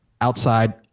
outside